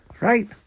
Right